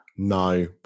No